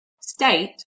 state